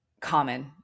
common